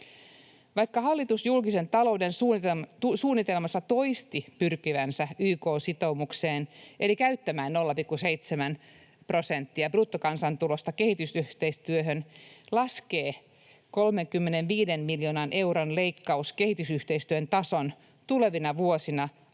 Vaikka hallitus julkisen talouden suunnitelmassa toisti pyrkivänsä YK-sitoumukseen eli käyttämään 0,7 prosenttia bruttokansantulosta kehitysyhteistyöhön, laskee 35 miljoonan euron leikkaus kehitysyhteistyön tason tulevina vuosina alle